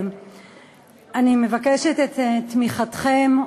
אני מבקשת את תמיכתכם,